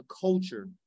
culture